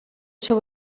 seu